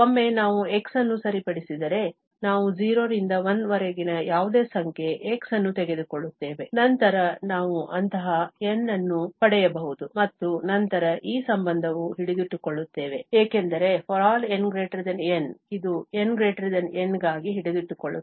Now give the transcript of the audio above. ಒಮ್ಮೆ ನಾವು x ಅನ್ನು ಸರಿಪಡಿಸಿದರೆ ನಾವು 0 ರಿಂದ 1 ರವರೆಗಿನ ಯಾವುದೇ ಸಂಖ್ಯೆ x ಅನ್ನು ತೆಗೆದುಕೊಳ್ಳುತ್ತೇವೆ ನಂತರ ನಾವು ಅಂತಹ N ಅನ್ನು ಪಡೆಯಬಹುದು ಮತ್ತು ನಂತರ ಈ ಸಂಬಂಧವು ಹಿಡಿದಿಟ್ಟುಕೊಳ್ಳುತ್ತದೆ ಏಕೆಂದರೆ ∀ n N ಇದು n N ಗಾಗಿ ಹಿಡಿದಿಟ್ಟುಕೊಳ್ಳುತ್ತದೆ